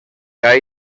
gai